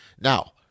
Now